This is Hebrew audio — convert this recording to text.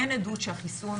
אין עדות שהחיסון,